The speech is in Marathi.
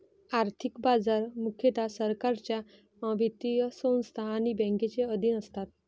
आर्थिक बाजार मुख्यतः सरकारच्या वित्तीय संस्था आणि बँकांच्या अधीन असतात